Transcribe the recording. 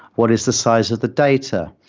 what is the size of the data?